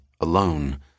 alone